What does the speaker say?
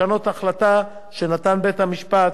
לשנות החלטה שנתן בית-המשפט,